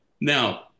Now